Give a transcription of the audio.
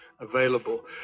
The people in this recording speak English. available